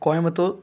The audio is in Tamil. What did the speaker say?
கோயம்புத்தூர்